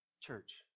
Church